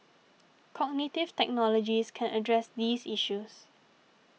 cognitive technologies can address these issues